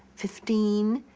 fifteen,